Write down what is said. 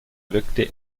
wirkte